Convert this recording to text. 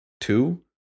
two